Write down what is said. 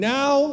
now